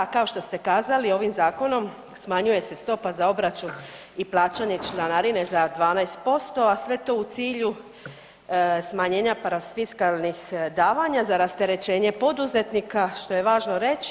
A ako što ste kazali ovim zakonom smanjuje se stopa za obračun i plaćanje članarine za 12%, a sve to u cilju smanjena parafiskalnih davana, za rasterećenje poduzetnika što je važno za reći.